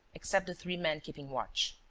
except the three men keeping watch.